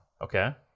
Okay